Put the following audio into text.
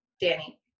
Danny